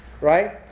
Right